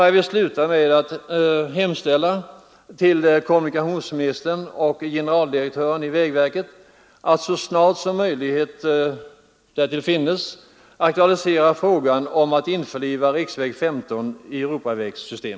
Jag vill sluta med att hemställa till kommunikationsministern och generaldirektören för vägverket att så snart som möjlighet därtill finnes aktualisera frågan om att införliva riksväg 15 med Europavägnätet.